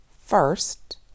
first